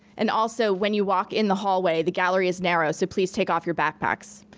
and also, when you walk in the hallway, the gallery is narrow, so please take off your backpacks.